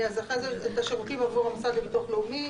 אז יש לנו את השירותים עבור המוסד לביטוח לאומי.